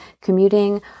commuting